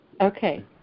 Okay